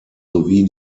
sowie